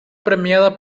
premiada